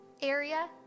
area